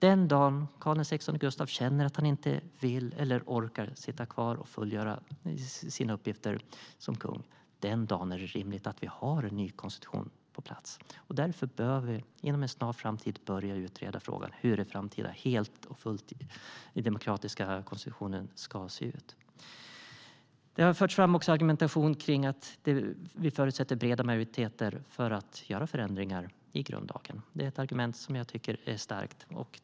Den dagen Karl XVI Gustaf känner att han inte vill eller orkar sitta kvar och fullgöra sina uppgifter som kung, den dagen är det rimligt att vi har en ny konstitution på plats. Därför bör vi inom en snar framtid börja utreda frågan om hur en framtida helt demokratisk konstitution ska se ut. Det har också förts fram argumentation om att det förutsätts breda majoriteter för att göra förändringar i grundlagen. Det är ett argument som jag tycker är starkt.